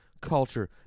culture